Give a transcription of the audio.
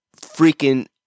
freaking